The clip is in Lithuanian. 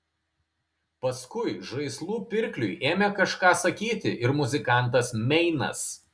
paskui žaislų pirkliui ėmė kažką sakyti ir muzikantas meinas